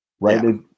right